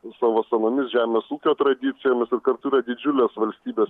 savo senomis žemės ūkio tradicijomis ir kartu yra didžiulės valstybės